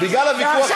לא, אז אין בעיה.